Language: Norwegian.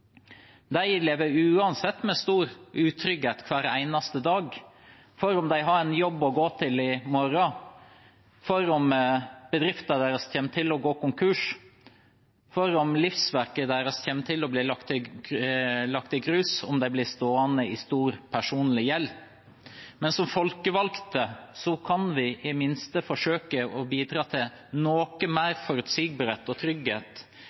De lever uansett med stor utrygghet hver eneste dag – for om de har en jobb å gå til i morgen, for om bedriften deres kommer til å gå konkurs, for om livsverket deres kommer til å bli lagt i grus, for om de kommer til å bli stående i stor personlig gjeld. Som folkevalgte kan vi i det minste forsøke å bidra til noe mer forutsigbarhet og trygghet